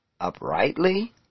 uprightly